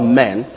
men